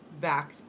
back